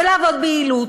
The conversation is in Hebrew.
ולעבוד ביעילות.